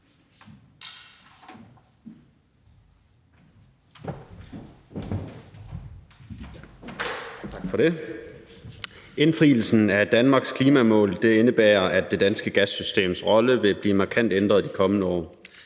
Tak for det. Indfrielsen af Danmarks klimamål indebærer, at det danske gassystems rolle vil blive markant ændret de kommende år.